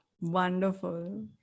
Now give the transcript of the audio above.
Wonderful